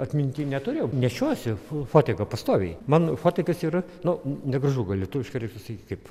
atminty neturiu nešiojuosi fo fotiką pastoviai man fotikas yra nu negražu gal lietuviškai reik pasakyti kaip